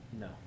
no